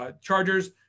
Chargers